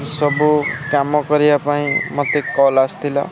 ସବୁ କାମ କରିବା ପାଇଁ ମୋତେ କଲ୍ ଆସିଥିଲା